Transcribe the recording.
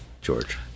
George